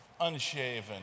unshaven